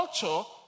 culture